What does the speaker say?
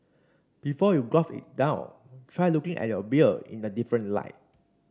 before you quaff it down try looking at your beer in a different light